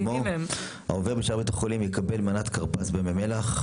הסתייגות מספר 36. אחרי "צורכיהם הרפואיים" יבוא "ואמונותיהם האישיות".